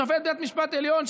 שופט בית משפט עליון,